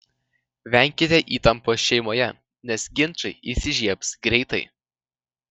venkite įtampos šeimoje nes ginčai įsižiebs greitai